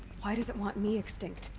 why does it want me extinct?